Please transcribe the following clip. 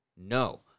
No